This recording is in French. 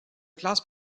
classe